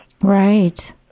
Right